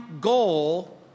goal